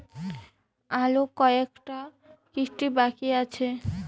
আরো কয়টা কিস্তি বাকি আছে?